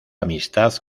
amistad